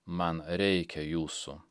man reikia jūsų